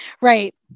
Right